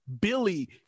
billy